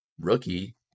rookie